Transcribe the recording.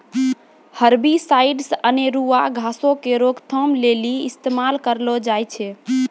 herbicides अनेरुआ घासो के रोकथाम लेली इस्तेमाल करलो जाय छै